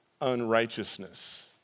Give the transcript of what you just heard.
unrighteousness